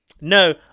no